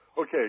Okay